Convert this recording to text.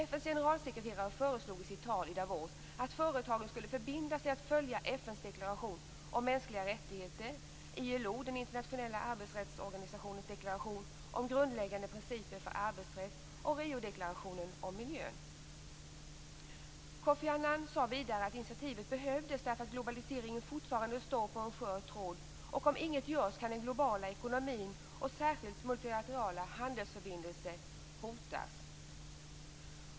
FN:s generalsekreterare föreslog i sitt tal i Davos att företagen skulle förbinda sig att följa FN:s deklaration om mänskliga rättigheter, ILO:s, den internationella arbetsrättsorganisationens, deklaration om grundläggande principer för arbetsrätt och Riodeklarationen om miljön. Kofi Annan sade vidare att initiativet behövdes eftersom globaliseringen fortfarande hänger på en skör tråd. Om inget görs kan den globala ekonomin, och särskilt multilaterala handelsförbindelser, hotas.